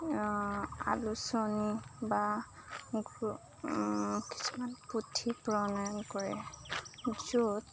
আলোচনী বা কিছুমান পুথি প্ৰণয়ন কৰে য'ত